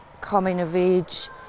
coming-of-age